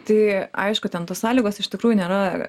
tai aišku ten tos sąlygos iš tikrųjų nėra